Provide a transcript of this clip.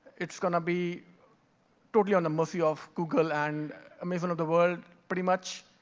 it's gonna be totally on the mercy of google and amazon of the world pretty much.